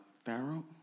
Pharaoh